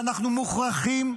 ואנחנו מוכרחים,